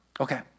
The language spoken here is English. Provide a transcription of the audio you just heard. Okay